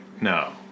No